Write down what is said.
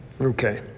Okay